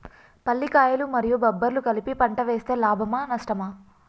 పల్లికాయలు మరియు బబ్బర్లు కలిపి పంట వేస్తే లాభమా? నష్టమా?